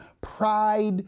pride